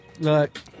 Look